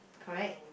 correct